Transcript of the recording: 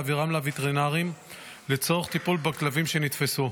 להעבירם לווטרינרים לצורך טיפול בכלבים שנתפסו.